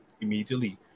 immediately